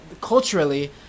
culturally